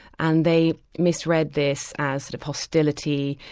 and they misread this as sort of hostility.